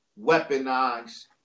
weaponized